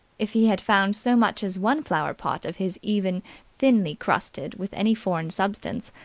if he had found so much as one flower-pot of his even thinly crusted with any foreign substance,